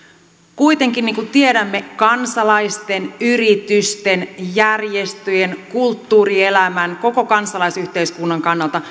kuitenkin niin kuin tiedämme kansalaisten yritysten järjestöjen kulttuurielämän koko kansalaisyhteiskunnan kannalta